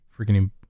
freaking